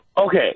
okay